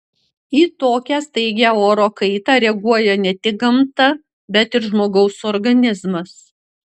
į tokią staigią oro kaitą reaguoja ne tik gamta bet ir žmogaus organizmas